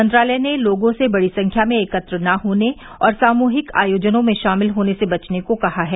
मंत्रालय ने लोगों से बड़ी संख्या में एकत्र न होने और सामूहिक आयोजनों में शामिल होने से बचने को कहा है